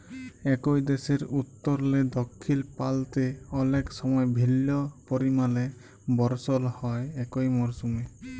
একই দ্যাশের উত্তরলে দখ্খিল পাল্তে অলেক সময় ভিল্ল্য পরিমালে বরসল হ্যয় একই মরসুমে